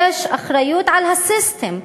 יש אחריות על הסיסטם.